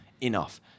enough